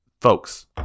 Folks